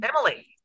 Emily